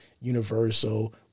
Universal